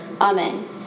Amen